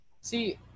See